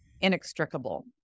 inextricable